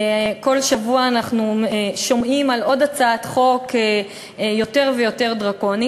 כל שבוע אנחנו שומעים על עוד הצעת חוק יותר ויותר דרקונית.